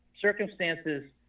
circumstances